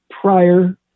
prior